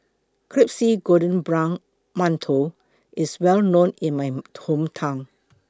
Crispy Golden Brown mantou IS Well known in My Hometown